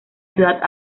ciudad